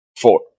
four